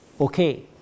Okay